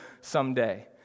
someday